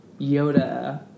Yoda